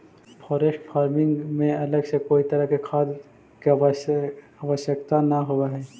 forest farming में अलग से कोई तरह के खाद के आवश्यकता न होवऽ हइ